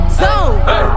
zone